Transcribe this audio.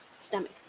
stomach